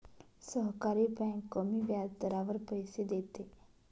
सहकारी बँक कमी व्याजदरावर पैसे देते